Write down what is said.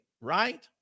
right